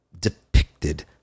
depicted